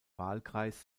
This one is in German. wahlkreis